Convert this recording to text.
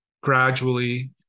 gradually